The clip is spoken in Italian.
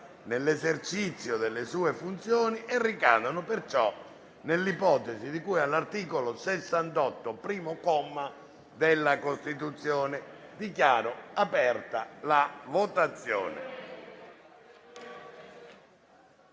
nell'esercizio delle sue funzioni e ricadono pertanto nell'ipotesi di cui all'articolo 68, primo comma, della Costituzione. Chiedo al relatore